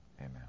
Amen